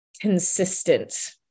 consistent